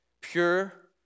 pure